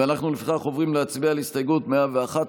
לפיכך אנחנו עוברים להצביע על הסתייגות 111,